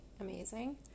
amazing